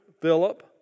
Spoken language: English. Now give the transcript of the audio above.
Philip